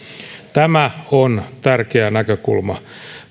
tämä on tärkeä näkökulma